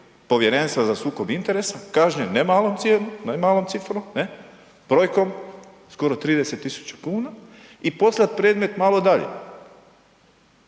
Povjerenstva za sukob interesa, kažnjen ne malom cifrom, brojkom skoro 30 tisuća kuna i poslat predmet malo dalje.